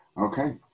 Okay